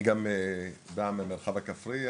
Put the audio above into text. אני גם בא מהמרחב הכפרי.